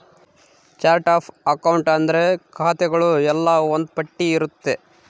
chart of account ಅಂದ್ರೆ ಖಾತೆಗಳು ಎಲ್ಲ ಒಂದ್ ಪಟ್ಟಿ ಇರುತ್ತೆ